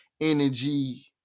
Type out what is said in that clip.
energy